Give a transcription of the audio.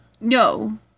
No